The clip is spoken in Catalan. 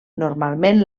normalment